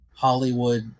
hollywood